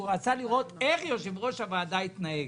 הוא רצה לראות איך יושב-ראש הוועדה יתנהג.